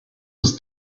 was